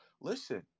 Listen